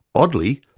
oddly,